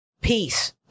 peace